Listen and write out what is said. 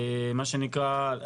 מה שנקרא,